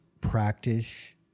practice